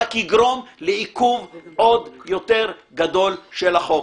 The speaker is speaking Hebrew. רק יגרום לעיכוב עוד יותר גדול של החוק.